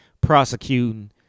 prosecuting